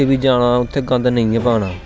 जित्थै बी जाना उत्थै गंद नेई पाना